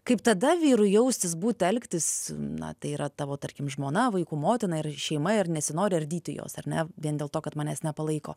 kaip tada vyrui jaustis būti elgtis na tai yra tavo tarkim žmona vaikų motina ir šeima ir nesinori ardyti jos ar ne vien dėl to kad manęs nepalaiko